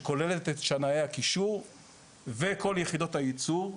שכוללת את שנאי הקישור וכל יחידות הייצור,